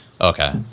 Okay